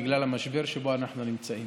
בגלל המשבר שבו אנחנו נמצאים.